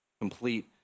complete